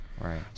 Right